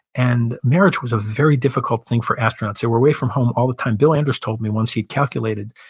and marriage was a very difficult thing for astronauts. they were away from home all the time. bill anders told me once he'd calculated,